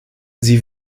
sie